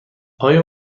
آیا